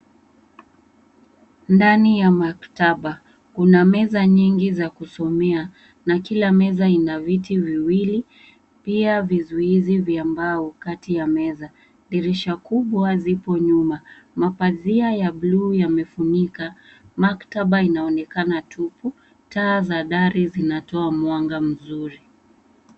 Ndani ya maktaba, kuna meza nyingi za kusomea na kila meza ina viti viwili, pia vizuizi vya mbao kati ya meza, dirisha kubwa zipo nyuma na pazia ya buluu yamefunika, maktaba inaonekana tupu, taa za dari zinatoa mwanga mzuri.